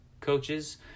coaches